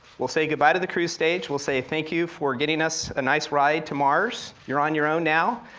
we'll say goodbye to the cruise stage, we'll say a thank you for getting us a nice ride to mars, you're on your own now.